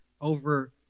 over